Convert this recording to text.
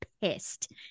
pissed